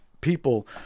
people